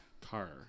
Car